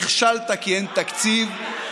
נכשלת כי אין תקציב.